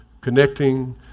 connecting